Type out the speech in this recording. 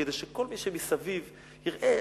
כדי שכל מי שמסביב יראה,